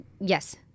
Yes